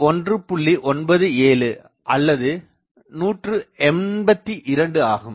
97 அல்லது 182 ஆகும்